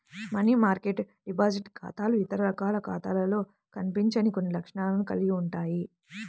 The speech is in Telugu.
మనీ మార్కెట్ డిపాజిట్ ఖాతాలు ఇతర రకాల ఖాతాలలో కనిపించని కొన్ని లక్షణాలను కలిగి ఉంటాయి